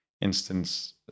instance